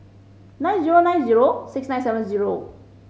nine zero nine zero six nine seven zero